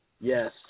Yes